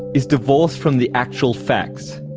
is divorced from the actual facts'.